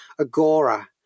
Agora